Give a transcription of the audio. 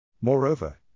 Moreover